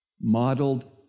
modeled